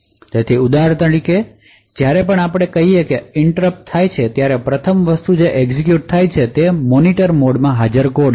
તેથી ઉદાહરણ તરીકે જ્યારે પણ આપણે ત્યાં કહીએ કે ઇન્ટૃરપટ થાય છે ત્યારે પ્રથમ વસ્તુ જે એક્ઝેક્યુટ થાય છે તે મોનિટરમોડમાં હાજર કોડ છે